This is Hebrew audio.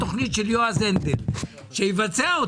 אתה מתכוון שהנדל לא היה צריך לעשות לנו את מה ש אנחנו חברים.